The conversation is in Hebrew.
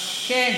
כן,